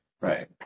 right